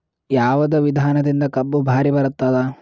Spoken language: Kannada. ಯಾವದ ವಿಧಾನದಿಂದ ಕಬ್ಬು ಭಾರಿ ಬರತ್ತಾದ?